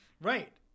Right